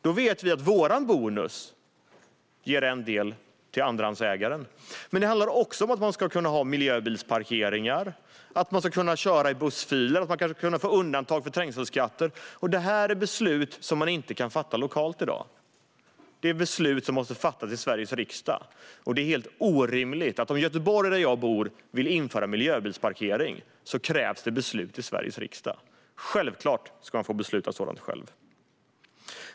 Vår bonus ger därför en del till andrahandsägaren. Det handlar även om att ha miljöbilsparkeringar, kunna köra i bussfiler och kanske kunna få undantag från trängselskatter. Detta är beslut som inte kan fattas lokalt i dag, utan de måste fattas i Sveriges riksdag. Om Göteborg, där jag bor, vill införa miljöbilsparkering krävs det beslut i Sveriges riksdag. Det är helt orimligt. Självklart ska de få besluta sådant själva.